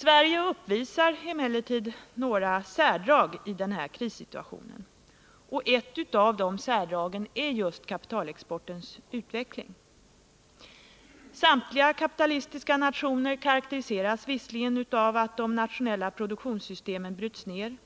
Sverige uppvisar emellertid några särdrag i denna krissituation. Och ett av dessa särdrag är just kapitalexportens utveckling. Samtliga kapitalistiska nationer karakteriseras visserligen av att de nationella produktionssystemen bryts ner,